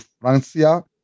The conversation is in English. Francia